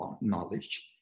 knowledge